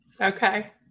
Okay